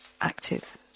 active